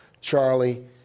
Charlie